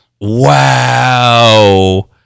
Wow